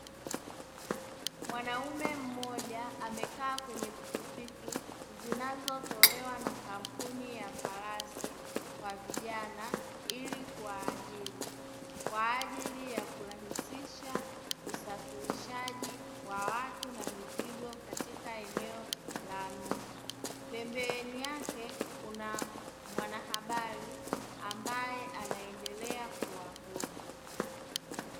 Mwanaume mmoja amekaa kwenye pikipiki zinazotolewa na kampuni ya farasi kwa vijana ili kuwaajiri, kwa ajili ya kurahisisha usafirishaji wa watu na mizigo katika eneo la mji. Pembeni yake kuna mwanahabari ambaye anaendelea kuwahoji.